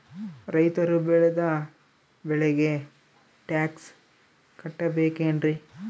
ರೈತರು ಬೆಳೆದ ಬೆಳೆಗೆ ಟ್ಯಾಕ್ಸ್ ಕಟ್ಟಬೇಕೆನ್ರಿ?